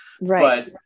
Right